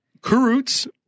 Kurutz